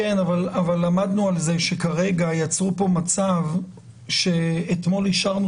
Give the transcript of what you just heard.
למדנו על כך שכרגע יצרו כאן מצב שאתמול אישרנו